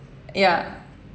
ya